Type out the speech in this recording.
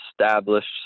established